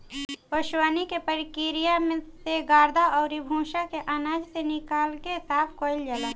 ओसवनी के प्रक्रिया से गर्दा अउरी भूसा के आनाज से निकाल के साफ कईल जाला